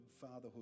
fatherhood